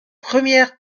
première